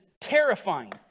terrifying